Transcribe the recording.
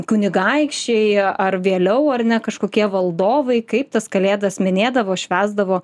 kunigaikščiai ar vėliau ar ne kažkokie valdovai kaip tas kalėdas minėdavo švęsdavo